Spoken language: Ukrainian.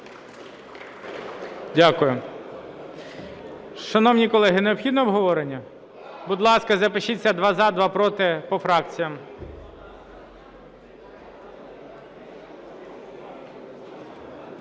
Дякую. Шановні колеги, необхідно обговорення? Будь ласка, запишіться: два – за, два – проти по фракціях.